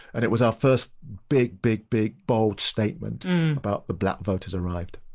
and it was our first big big big bold statement about the black vote has arrived